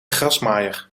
grasmaaier